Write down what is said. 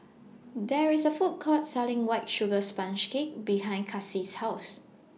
There IS A Food Court Selling White Sugar Sponge Cake behind Kaci's House